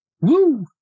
Woo